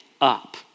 up